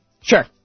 Sure